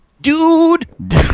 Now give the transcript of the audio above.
dude